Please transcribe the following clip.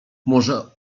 może